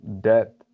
debt